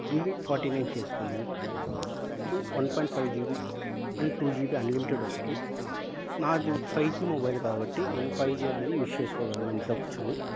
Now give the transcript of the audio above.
తీ forty nine చేసుకుని అప్పుడు one point five GB and two GB unlimited వస్తుంది నాది ఫైవ్ జీ మొబైల్ కాబట్టి నేను ఫైవ్ జీ అనేది యూస్ చేసుకోగలను ఇంట్లో కుర్చోని